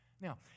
Now